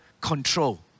control